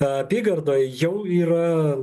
apygardoj jau yra